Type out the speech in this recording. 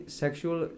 sexual